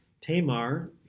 tamar